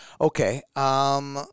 Okay